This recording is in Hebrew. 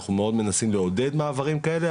אנחנו מאוד מנסים לעודד מעברים כאלה,